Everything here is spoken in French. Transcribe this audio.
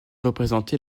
représenté